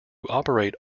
operate